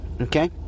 okay